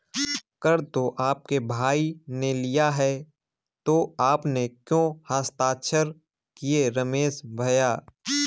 कर तो आपके भाई ने लिया है तो आपने क्यों हस्ताक्षर किए रमेश भैया?